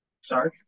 Sorry